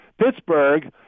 Pittsburgh